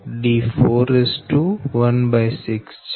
16 છે